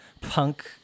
punk